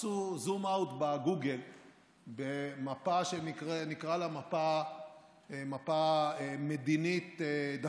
תעשו זום אאוט בגוגל במפה שנקרא לה "מפה מדינית-דתית".